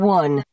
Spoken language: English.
one